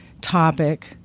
topic